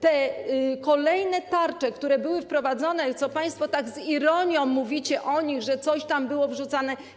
Te kolejne tarcze, które były wprowadzane - państwo z ironią mówicie o nich, że coś tam było wrzucane.